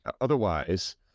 Otherwise